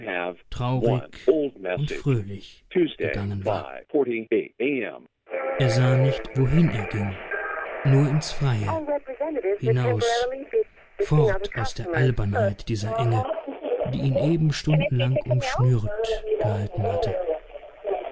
traurig und fröhlich gegangen war er sah nicht wohin er ging nur ins freie hinaus fort aus der albernheit dieser enge die ihn eben stundenlang umschnürt gehalten hatte